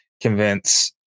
convince